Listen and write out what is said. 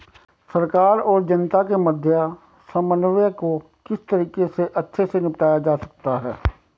सरकार और जनता के मध्य समन्वय को किस तरीके से अच्छे से निपटाया जा सकता है?